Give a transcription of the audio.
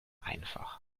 einfach